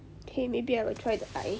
K maybe I will try the eye